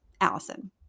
Allison